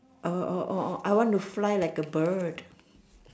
uh uh orh orh I want to fly like a bird